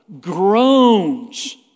groans